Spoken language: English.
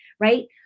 right